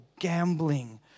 gambling